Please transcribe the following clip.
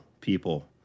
people